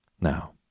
Now